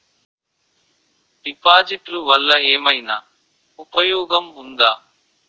డిపాజిట్లు వల్ల ఏమైనా ఉపయోగం ఉందా?